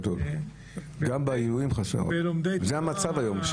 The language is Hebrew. זה המצב היום.